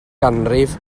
ganrif